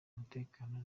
umutekano